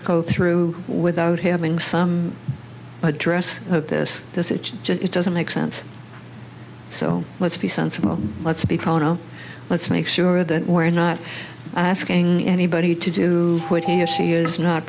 go through without having some address this this is just it doesn't make sense so let's be sensible let's be calm know let's make sure that we're not asking anybody to do what he or she is not